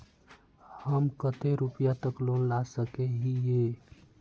हम कते रुपया तक लोन ला सके हिये?